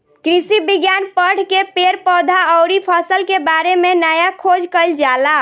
कृषि विज्ञान पढ़ के पेड़ पौधा अउरी फसल के बारे में नया खोज कईल जाला